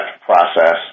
process